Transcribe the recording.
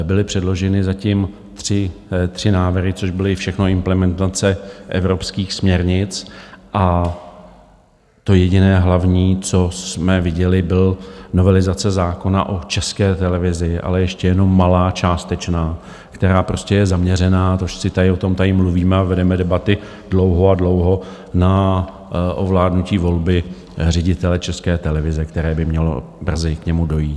Byly předloženy zatím tři návrhy, což byly všechno implementace evropských směrnic, a to jediné hlavní, co jsme viděli, byla novelizace zákona o České televizi, ale ještě jenom malá, částečná, která je zaměřená tady o tom mluvíme a vedeme debaty dlouho a dlouho na ovládnutí volby ředitele České televize, ke které by mělo brzy dojít.